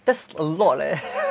that's a lot leh